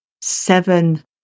seven